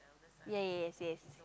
ya ya yes yes